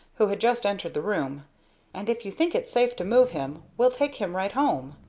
who had just entered the room and if you think it's safe to move him, we'll take him right home.